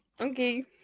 okay